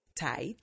tight